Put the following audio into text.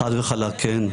חד וחלק, כן.